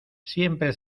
siempre